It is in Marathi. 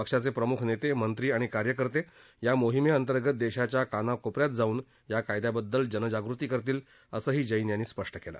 पक्षाचे प्रम्ख नेते मंत्री आणि कार्यकर्ते या मोहिमेअंतर्गत देशाच्या कानाकोप यात जाऊन या कायद्याबददल जनजागृती करतील असंही जैन यांनी स्पष्ट केलं